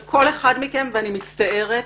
כל אחד מכם, ואני מצטערת,